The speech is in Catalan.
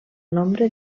nombre